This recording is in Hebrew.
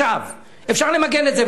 אפשר למגן את זה,